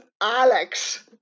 Alex